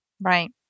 Right